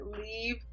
leave